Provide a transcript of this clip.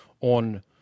on